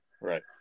Right